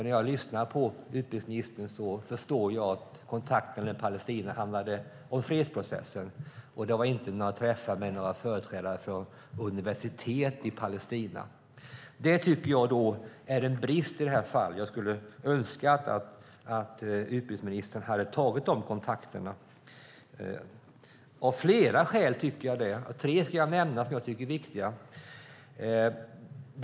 När jag lyssnar på utbildningsministern förstår jag att kontakterna med Palestina handlade om fredsprocessen, och det var inga träffar med några företrädare för universitet i Palestina. Det är en brist. Av flera skäl hade jag önskat att utbildningsministern hade tagit de kontakterna. Jag ska nämna tre som jag tycker är viktiga.